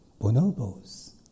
Bonobos